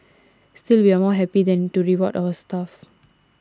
still we are more happy than to reward our staff